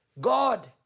God